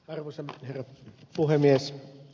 arvoisa herra puhemies